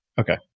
Okay